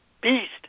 beast